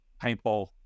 Paintball